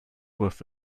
with